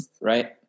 Right